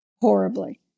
horribly